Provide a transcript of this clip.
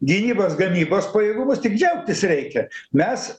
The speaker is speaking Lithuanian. gynybos gamybos pajėgumus tik džiaugtis reikia mes